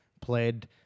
played